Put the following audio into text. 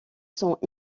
sont